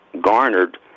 garnered